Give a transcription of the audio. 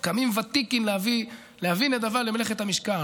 קמים ותיקין להביא נדבה למלאכת המשכן,